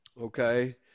okay